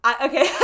Okay